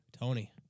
Tony